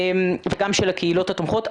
וגם של הקהילות התומכות.